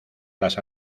las